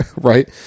right